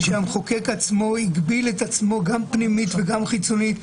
המחוקק הגביל את עצמו גם פנימית וגם חיצונית.